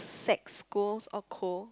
sex schools or co